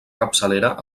capçalera